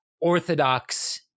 orthodox